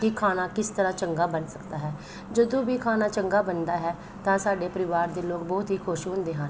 ਕਿ ਖਾਣਾ ਕਿਸ ਤਰ੍ਹਾਂ ਚੰਗਾ ਬਣ ਸਕਦਾ ਹੈ ਜਦੋਂ ਵੀ ਖਾਣਾ ਚੰਗਾ ਬਣਦਾ ਹੈ ਤਾਂ ਸਾਡੇ ਪਰਿਵਾਰ ਦੇ ਲੋਕ ਬਹੁਤ ਹੀ ਖੁਸ਼ ਹੁੰਦੇ ਹਨ